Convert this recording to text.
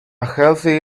healthy